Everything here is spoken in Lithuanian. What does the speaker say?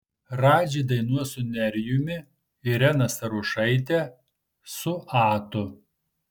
radži dainuos su nerijumi irena starošaitė su atu